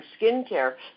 skincare